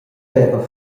veva